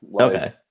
Okay